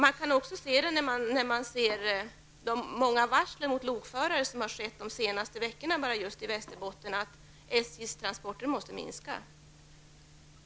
Under de senaste veckorna har det skett många varsel av lokförare just i Västerbotten, och man förstår då att